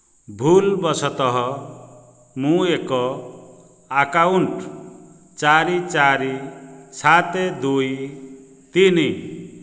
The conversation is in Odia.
ଭୁଲ ବଶତଃ ମୁଁ ଏକ ଆକାଉଣ୍ଟ ଚାରି ଚାରି ସାତ ଦୁଇ ତିନି